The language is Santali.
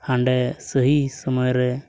ᱦᱟᱸᱰᱮ ᱥᱟᱹᱦᱤ ᱥᱚᱢᱚᱭ ᱨᱮ